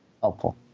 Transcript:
helpful